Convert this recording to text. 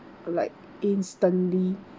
like instantly